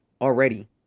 already